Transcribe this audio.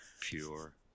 Pure